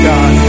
God